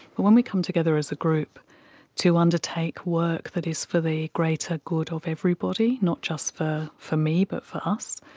when we come together as a group to undertake work that is for the greater good of everybody, not just for for me but for us,